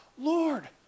Lord